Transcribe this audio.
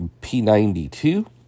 P92